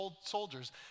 soldiers